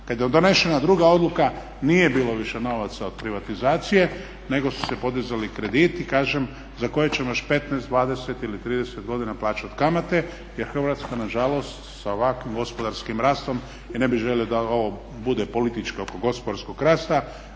Kad je donešena druga odluka nije bilo više novaca od privatizacije, nego su se podizali krediti. Kažem za koje ćemo još 15, 20 ili 30 godina plaćati kamate, jer Hrvatska na žalost sa ovakvim gospodarskim rastom i ne bih želio da ovo bude politički oko gospodarskog rasta,